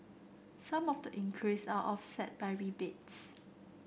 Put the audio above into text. some of the increase are offset by rebates